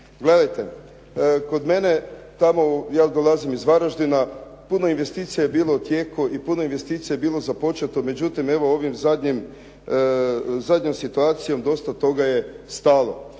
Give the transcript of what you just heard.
Gledajte, kod mene tamo ja dolazim iz Varaždina, puno investicija je bilo u tijeku i puno investicija je bilo započeto, međutim evo ovom zadnjom situacijom dosta toga je stalo.